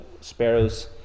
sparrows